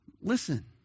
Listen